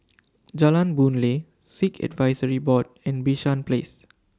Jalan Boon Lay Sikh Advisory Board and Bishan Place